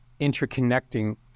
interconnecting